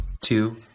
two